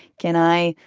can i.